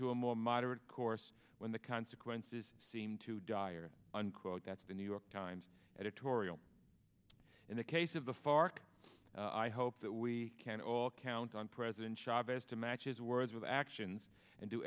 to a more moderate course when the consequences seem too dire unquote that's the new york times editorial in the case of the fark i hope that we can all count on president chavez to match his words with actions and do